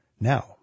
Now